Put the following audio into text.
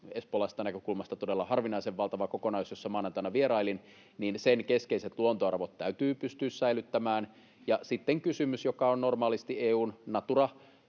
espoolaisesta näkökulmasta todella harvinaisen valtava kokonaisuus, jossa maanantaina vierailin —, keskeiset luontoarvot täytyy pystyä säilyttämään. Sitten on kysymys, joka on normaali EU:n Natura-sääntelyn